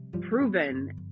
proven